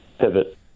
pivot